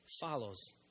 follows